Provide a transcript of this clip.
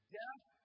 death